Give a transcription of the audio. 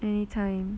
anytime